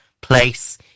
place